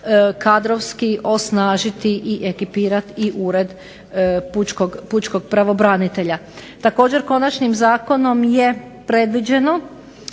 kadrovski osnažiti i ekipirati i ured Pučkog pravobranitelja. Također, Konačnim zakonom je predviđeno